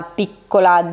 piccola